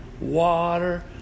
water